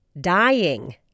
Dying